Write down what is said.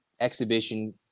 exhibition